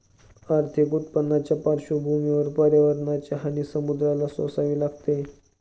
आर्थिक उत्पन्नाच्या पार्श्वभूमीवर पर्यावरणाची हानी समुद्राला सोसावी लागते